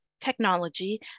technology